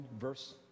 verse